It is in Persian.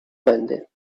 بنده